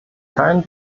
keinen